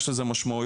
יש לזה משמעויות.